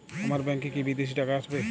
আমার ব্যংকে কি বিদেশি টাকা আসবে?